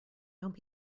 don’t